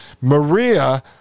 maria